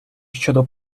щодо